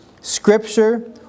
Scripture